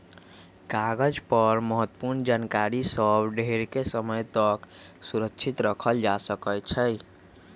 कागज पर महत्वपूर्ण जानकारि सभ के ढेरेके समय तक सुरक्षित राखल जा सकै छइ